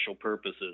purposes